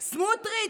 סמוטריץ'?